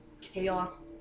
chaos